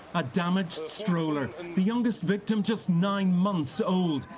a damaged stroller. and the youngest victim just nine months old.